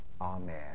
Amen